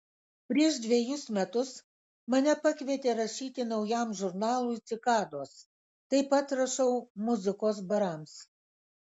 prieš dvejus metus mane pakvietė rašyti naujam žurnalui cikados taip pat rašau muzikos barams